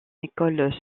école